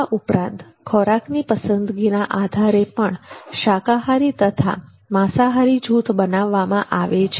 આ ઉપરાંત ખોરાકની પસંદગીના આધારે પણ શાકાહારી તથા માંસાહારી જૂથ બનાવવામાં આવે છે